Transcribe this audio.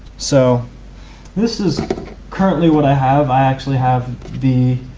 so this is currently what i have. i actually have the